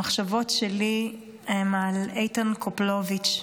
המחשבות שלי הן על איתן קופלוביץ,